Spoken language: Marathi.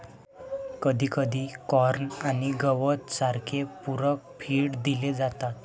कधीकधी कॉर्न आणि गवत सारखे पूरक फीड दिले जातात